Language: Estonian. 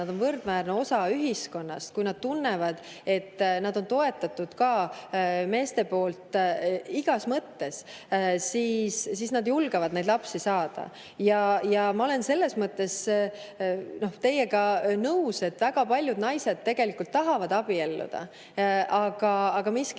nad on võrdväärne osa ühiskonnast, ja kui nad tunnevad, et nad on toetatud ka meeste poolt igas mõttes, nad julgevad lapsi saada. Ma olen selles mõttes teiega nõus, et väga paljud naised tegelikult tahavad abielluda. Aga